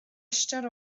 eistedd